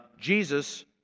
Jesus